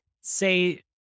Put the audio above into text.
say